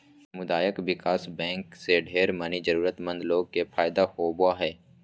सामुदायिक विकास बैंक से ढेर मनी जरूरतमन्द लोग के फायदा होवो हय